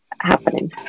happening